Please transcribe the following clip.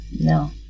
No